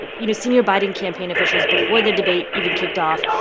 and you know, senior biden campaign officials, before the debate even kicked off,